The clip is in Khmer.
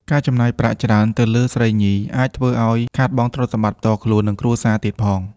ការចំណាយប្រាក់ច្រើនទៅលើស្រីញី អាចធ្វើឱ្យខាតបង់ទ្រព្យសម្បត្តិផ្ទាល់ខ្លួន និងគ្រួសារទៀងផង។